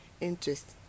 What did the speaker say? interest